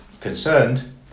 concerned